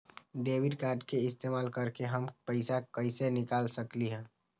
Debit card के इस्तेमाल करके हम पैईसा कईसे निकाल सकलि ह?